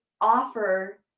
offer